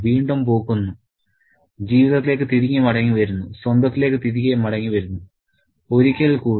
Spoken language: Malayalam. വീണ്ടും പൂക്കുന്നു ജീവിതത്തിലേക്ക് തിരികെ മടങ്ങി വരുന്നു സ്വന്തത്തിലേക്ക് തിരികെ മടങ്ങി വരുന്നു ഒരിക്കൽ കൂടി